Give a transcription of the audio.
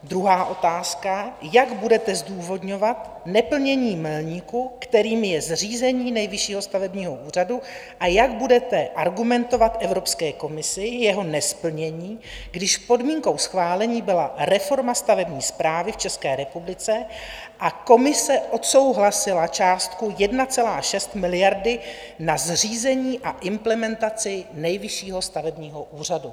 Druhá otázka: jak budete zdůvodňovat neplnění milníku, kterým je zřízení Nejvyššího stavebního úřadu, a jak budete argumentovat Evropské komisi jeho nesplnění, když podmínkou schválení byla reforma stavební správy v České republice a komise odsouhlasila částku 1,6 miliardy na zřízení a implementaci Nejvyššího stavebního úřadu?